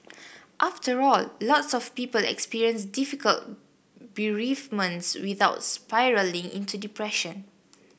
after all lots of people experience difficult bereavements without spiralling into depression